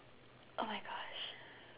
oh my gosh